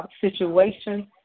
situation